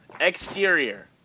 exterior